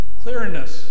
clearness